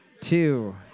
two